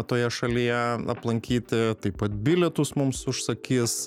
toje šalyje aplankyti taip pat bilietus mums užsakys